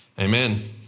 Amen